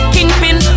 Kingpin